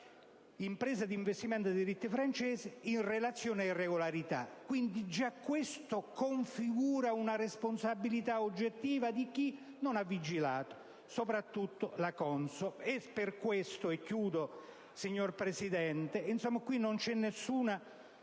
impresa di investimento di diritto francese, in relazione ad alcune irregolarità. Già questo configura una responsabilità oggettiva di chi non ha vigilato, soprattutto la CONSOB. Per questo, signor Presidente, non c'è nessuna